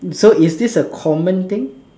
so is this a common thing